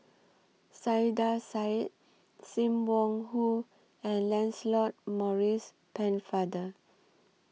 Saiedah Said SIM Wong Hoo and Lancelot Maurice Pennefather